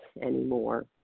anymore